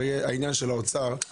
הרי העניין של האוצר הוא